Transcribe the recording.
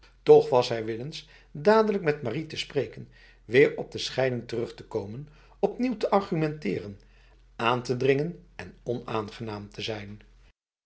toch was hij willens dadelijk met marie te spreken weer op de scheiding terug te komen opnieuw te argumenteren aan te dringen en onaangenaam te zijn